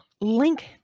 link